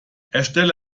erstelle